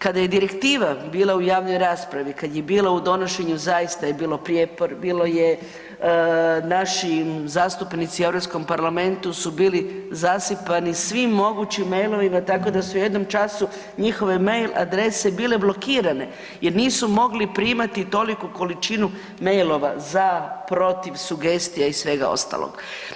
Kada je direktiva bila u javnoj raspravi, kad je bila u donošenju zaista je bilo prijepor, bilo je, naši zastupnici u Europskom parlamentu su bili zasipani svim mogućim mailovima tako da su u jednom času njihove mail adrese bile blokirane jer nisu mogli primati toliku količinu mailova za i protiv sugestija i svega ostalog.